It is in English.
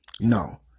No